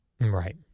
Right